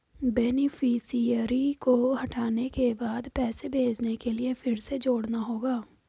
beneficiary को हटाने के बाद पैसे भेजने के लिए फिर से जोड़ना होगा